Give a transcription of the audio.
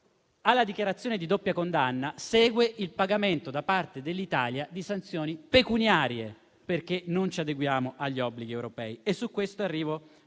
alla dichiarazione di doppia condanna segue il pagamento da parte dell'Italia di sanzioni pecuniarie per mancato adeguamento agli obblighi europei.